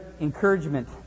encouragement